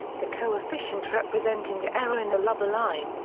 the coefficient representing the error in the lubber line,